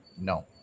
No